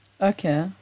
Okay